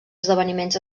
esdeveniments